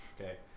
Okay